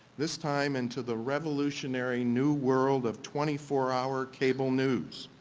this time into the revolutionary new world of twenty four hour cable news.